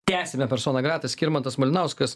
tęsiame personą gratą skirmantas malinauskas